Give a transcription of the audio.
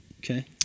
Okay